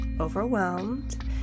overwhelmed